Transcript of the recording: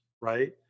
right